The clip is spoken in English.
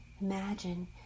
Imagine